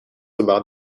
about